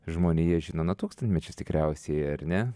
žmonija žino na tūkstantmečius tikriausiai ar ne